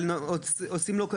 אבל עושים לו,